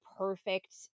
perfect